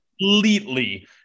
completely